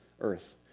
earth